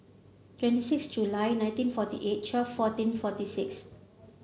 twenty six July nineteen forty eight twelve fourteen forty six